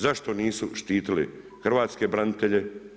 Zašto nisu štitili hrvatske branitelje?